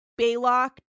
Baylock